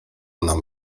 nam